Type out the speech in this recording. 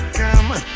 come